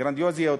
גרנדיוזיות,